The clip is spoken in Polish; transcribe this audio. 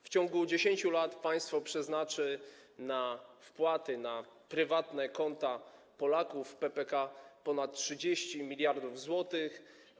W ciągu 10 lat państwo przeznaczy na wpłaty na prywatne konta Polaków w PPK ponad 30 mld zł.